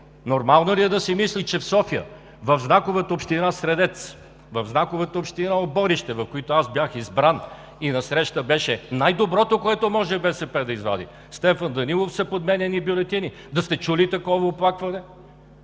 Нормално ли е да се мисли, че в София, в знаковата община „Средец“, в знаковата община „Оборище“, в които аз бях избран, и насреща беше най-доброто, което може БСП да извади – Стефан Данаилов, са подменяни бюлетини? Да сте чули такова оплакване?